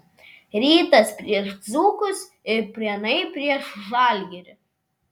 rytas prieš dzūkus ir prienai prieš žalgirį